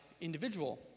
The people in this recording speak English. individual